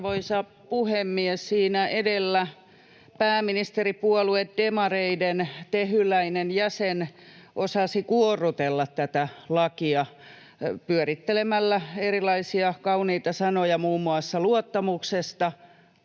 Arvoisa puhemies! Siinä edellä pääministeripuolue demareiden tehyläinen jäsen osasi kuorrutella tätä lakia pyörittelemällä erilaisia kauniita sanoja muun muassa luottamuksesta